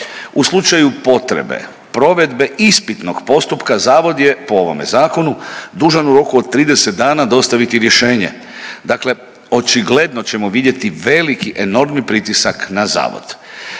U slučaju potrebe provedbe ispitnog postupka, Zavod je po ovome Zakonu dužan u roku od 30 dana dostaviti rješenje, dakle očigledno ćemo vidjeti veliki enormni pritisak na Zavod.